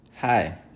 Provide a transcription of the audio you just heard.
hi